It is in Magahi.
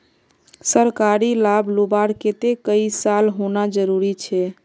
सरकारी लाभ लुबार केते कई साल होना जरूरी छे?